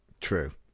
true